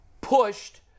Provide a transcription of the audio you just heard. pushed